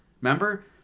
Remember